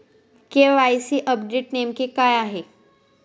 KYC update नेमके काय आहे?